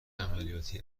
عملیاتی